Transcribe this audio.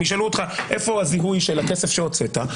ישאלו אותך איפה הזיהוי של הכסף שהוצאת,